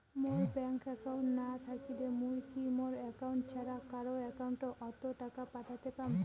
মোর bank account না থাকিলে মুই কি মোর একাউন্ট ছাড়া কারো একাউন্ট অত টাকা পাঠের পাম?